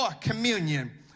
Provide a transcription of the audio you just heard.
communion